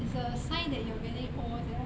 it's a sign that you're getting old sia